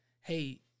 Hey